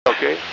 Okay